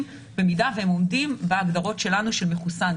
במידה והם עומדים בהגדרות שלנו של מחוסן.